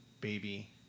baby